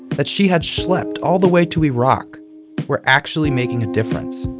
but she had schlepped all the way to iraq were actually making a difference.